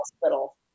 Hospital